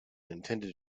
intended